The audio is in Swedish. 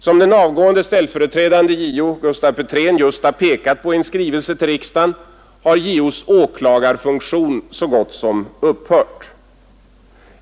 Som den avgående ställföreträdande JO Gustaf Petrén pekat på i en skrivelse till riksdagen har JO:s åklagarfunktion praktiskt taget upphört.